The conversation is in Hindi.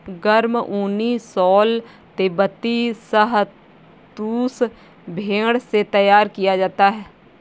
गर्म ऊनी शॉल तिब्बती शहतूश भेड़ से तैयार किया जाता है